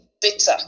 bitter